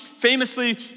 famously